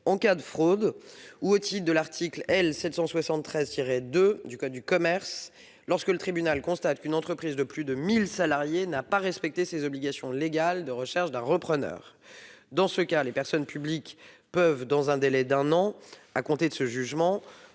en cas de fraude ou, au titre de l'article L. 773-2 du code de commerce, lorsque le tribunal constate qu'une entreprise de plus de 1 000 salariés n'a pas respecté ses obligations légales de recherche d'un repreneur. Dans ce cas, les personnes publiques peuvent, dans un délai d'un an à compter de ce jugement,